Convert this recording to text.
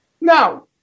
Now